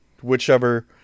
Whichever